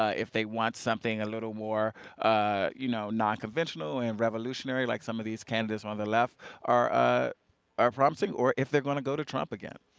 ah if they want something a little more you know nonconventional and revolutionary like some of these candidates on the left are ah are prompting or if they will go to trump again.